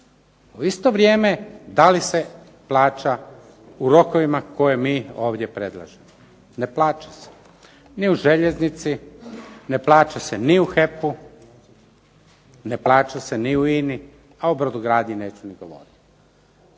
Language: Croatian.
U isto vrijeme da li se plaća u rokovima koje mi ovdje predlažemo? Ne plaća se ni u željeznici, ne plaća se ni u HEP-u, ne plaća se ni u INA-i a o brodogradnji neću ni govoriti.